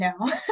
no